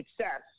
success